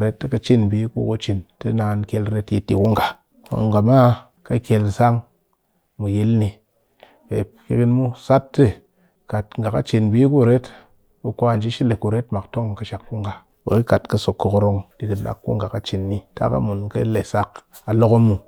ret ti ka cin mbi ku ka cin te naan kyel retyit dɨ ku nga, kwa nga ma ka kyel san mɨ yil ni pɨkin kin mu sat ti kat nga ka cin mbi kuret be kwa nji shi le kuret min tong kɨshak ku nga ɓe kat so kokorong digin dak ku nga kɨ cin ni, tap ƙɨ mun kɨ sak a lokom muw